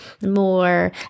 more